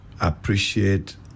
appreciate